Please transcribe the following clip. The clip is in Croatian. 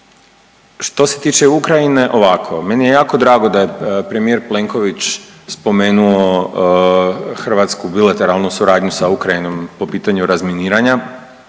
što se tiče Ukrajine ovako. Meni je jako drago da je premijer Plenković spomenuo hrvatsku bilateralnu suradnju sa Ukrajinom po pitanju razminiranja,